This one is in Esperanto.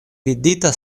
vidita